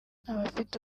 abafite